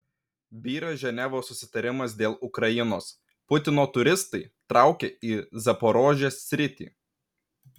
byra ženevos susitarimas dėl ukrainos putino turistai traukia į zaporožės sritį